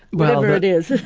whatever it is?